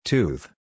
Tooth